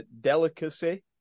delicacy